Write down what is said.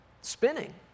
Spinning